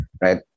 right